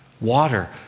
Water